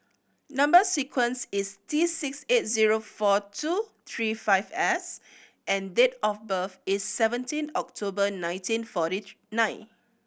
number sequence is T six eight zero four two three five S and date of birth is seventeen October nineteen forty nine